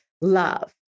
love